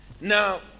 Now